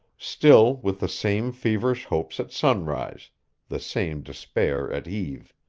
still with the same feverish hopes at sunrise the same despair at eve.